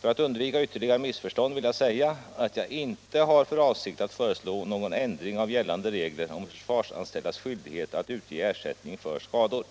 För att undvika ytterligare missförstånd vill jag säga att jag inte har för avsikt att föreslå någon ändring av gällande regler om försvarsanställdas skyldighet att utge ersättning för skador.